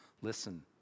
listen